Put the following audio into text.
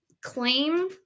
claim